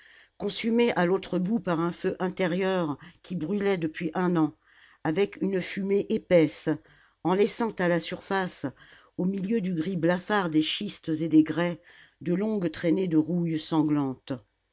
consumé à l'autre bout par un feu intérieur qui brûlait depuis un an avec une fumée épaisse en laissant à la surface au milieu du gris blafard des schistes et des grès de longues traînées de rouille sanglante